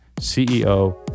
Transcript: CEO